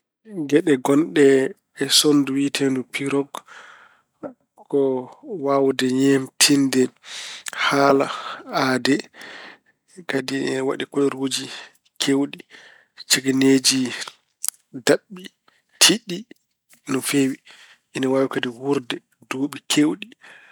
Geɗe ngonɗe e sonndu wiyeteendu Pirog ko waawde ñeemtinde haala aade. Kadi ine waɗi kularuuji keewɗi, cegeneeji daɓɓi, tiiɗɗi no feewi. Ine waawi kadi wuurde duuɓi keewɗi.